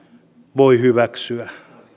voi hyväksyä